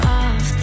off